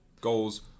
Goals